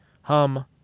Hum